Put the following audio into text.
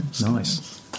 Nice